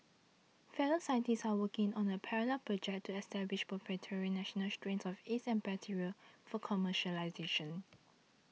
fellow scientists are working on a parallel project to establish proprietary national strains of yeast and bacteria for commercialisation